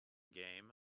game